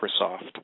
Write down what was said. Microsoft